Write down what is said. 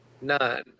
none